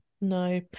No